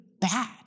bad